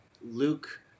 Luke